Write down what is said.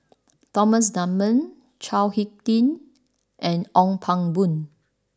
Thomas Dunman Chao Hick Tin and Ong Pang Boon